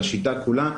על השיטה כולה,